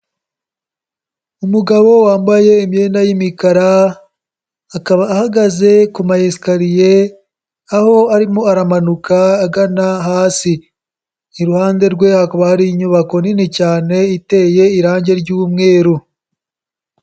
Umugabo wambaye imyenda y'imikara, akaba ahagaze ku mayesikariye aho arimo aramanuka agana hasi, iruhande rwe hakaba hari inyubako nini cyane iteye irangi ry'umweru.